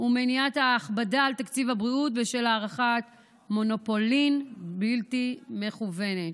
ומניעת ההכבדה על תקציב הבריאות בשל הארכת מונופולין בלתי מכוונת.